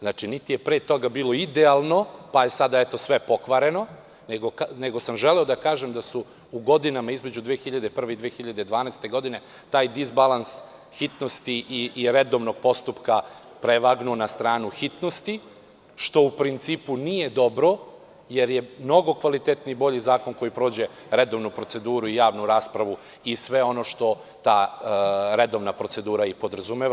Znači, niti je pre toga bilo idealno, pa je sada eto sve pokvareno, nego sam želeo da kažem da je u godinama između 2001. i 2012. godine taj disbalans hitnosti i redovnog postupka prevagnuo na stranu hitnosti, što u principu nije dobro, jer je mnogo kvalitetniji i bolji zakon koji prođe redovnu proceduru, javnu raspravu i sve ono što ta redovna procedura i podrazumeva.